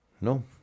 No